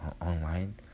online